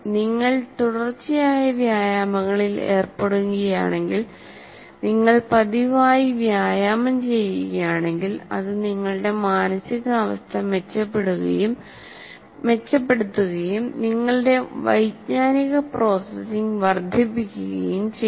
നിങ്ങൾ തുടർച്ചയായ വ്യായാമങ്ങളിൽ ഏർപ്പെടുകയാണെങ്കിൽ നിങ്ങൾ പതിവായി വ്യായാമം ചെയ്യുകയാണെങ്കിൽ അത് നിങ്ങളുടെ മാനസികാവസ്ഥ മെച്ചപ്പെടുത്തുകയും നിങ്ങളുടെ വൈജ്ഞാനിക പ്രോസസ്സിംഗ് വർദ്ധിപ്പിക്കുകയും ചെയ്യും